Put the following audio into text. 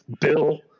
Bill